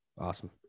Awesome